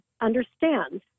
understand